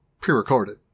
pre-recorded